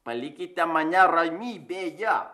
palikite mane ramybėje